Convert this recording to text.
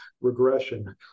regression